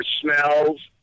smells